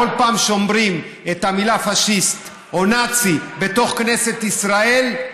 כל פעם שאומרים את המילה "פאשיסט" או "נאצי" בתוך כנסת ישראל,